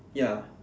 ya